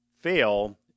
fail